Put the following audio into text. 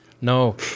No